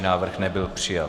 Návrh nebyl přijat.